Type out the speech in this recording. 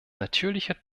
natürlicher